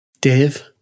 Dave